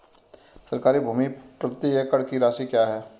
सरकारी भूमि प्रति एकड़ की राशि क्या है?